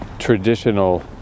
traditional